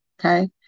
Okay